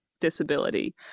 disability